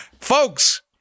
Folks